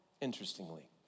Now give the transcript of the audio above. interestingly